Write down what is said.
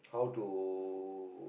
how to